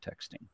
texting